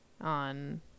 on